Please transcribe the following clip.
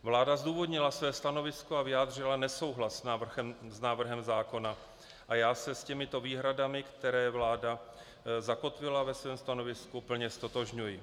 Vláda zdůvodnila své stanovisko a vyjádřila nesouhlas s návrhem zákona a já se s těmito výhradami, které vláda zakotvila ve svém stanovisku, plně ztotožňuji.